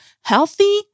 healthy